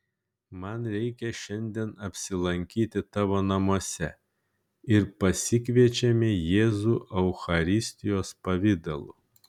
man reikia šiandien apsilankyti tavo namuose ir pasikviečiame jėzų eucharistijos pavidalu